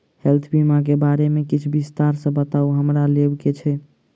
Health बीमा केँ बारे किछ विस्तार सऽ बताउ हमरा लेबऽ केँ छयः?